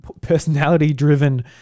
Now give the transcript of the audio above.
personality-driven